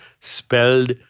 spelled